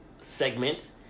segment